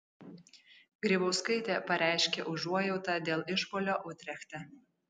grybauskaitė pareiškė užuojautą dėl išpuolio utrechte